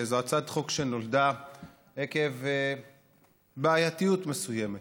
זו הצעת חוק שנולדה עקב בעייתיות מסוימת